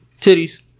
titties